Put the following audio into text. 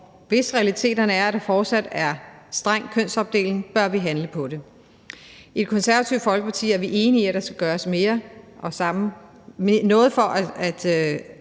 hvis realiteterne er, at der fortsat er streng kønsopdeling, bør vi handle på det. I Det Konservative Folkeparti er vi enige i, at der skal gøres noget for at